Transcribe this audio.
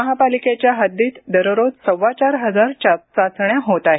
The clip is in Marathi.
महापालिकेच्या हद्दीत दररोज सव्वाचार हजार चाचण्या होत आहेत